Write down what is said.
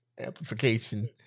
amplification